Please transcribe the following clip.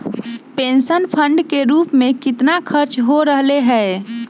Pension fund के रूप में कितना खर्च हो रहले है?